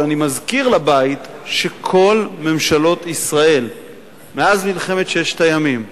אבל אני מזכיר לבית שכל ממשלות ישראל מאז מלחמת ששת הימים,